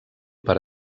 per